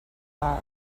are